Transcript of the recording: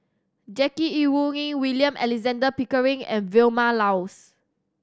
Jackie Yi Ru Ying William Alexander Pickering and Vilma Laus